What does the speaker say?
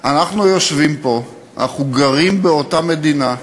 אנחנו יושבים פה, אנחנו גרים באותה מדינה,